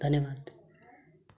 धन्यवाद